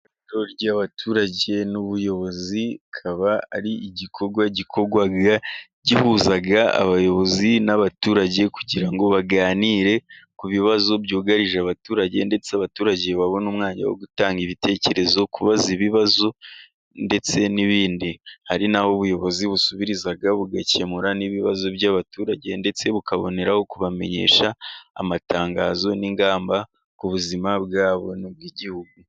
Ihuriro cy'abaturage n'ubuyobozi bikaba ari igikorwa gikorwa gihuza abayobozi n'abaturage, kugira ngo baganire ku bibazo byugarije abaturage, ndetse abaturage babone umwanya wo gutanga ibitekerezo kubaza ibibazo, ndetse n'ibindi. Hari n'aho ubuyobozi busubiriza bugakemura n'ibibazo by'abaturage, ndetse bukaboneraho kubamenyesha amatangazo n'ingamba ku buzima bwabo n'ubw'igihugu.